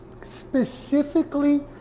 Specifically